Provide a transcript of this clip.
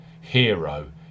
hero